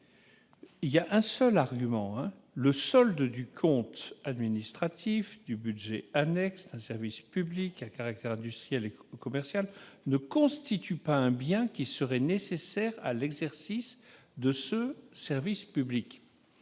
en précisant que « le solde du compte administratif du budget annexe d'un service public à caractère industriel ou commercial ne constitue pas un bien qui serait nécessaire à l'exercice de ce service public